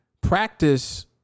practice